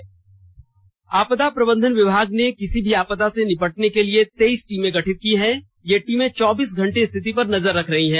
आपदा प्रबंधन आपदा प्रबंधन विभाग ने किसी भी आपदा से निपटने के लिए तेईस टीमें गठित की है ये टीमें चौबीस घंटे स्थिति पर नजर रख रहीं हैं